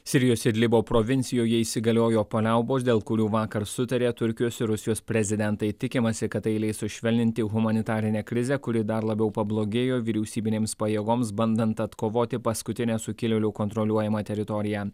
sirijos idlibo provincijoje įsigaliojo paliaubos dėl kurių vakar sutarė turkijos ir rusijos prezidentai tikimasi kad tai leis sušvelninti humanitarinę krizę kuri dar labiau pablogėjo vyriausybinėms pajėgoms bandant atkovoti paskutinę sukilėlių kontroliuojamą teritoriją